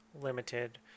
limited